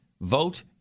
vote